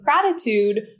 gratitude